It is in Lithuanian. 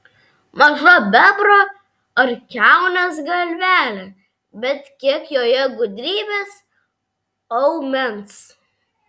maža bebro ar kiaunės galvelė bet kiek joje gudrybės aumens